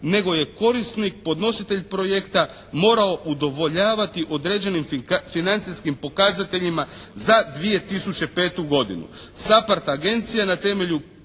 nego je korisnik, podnositelj projekta morao udovoljavati određenim financijskim pokazateljima za 2005. godinu.